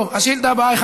טוב, השאילתה הבאה, מס'